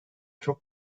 çok